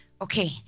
Okay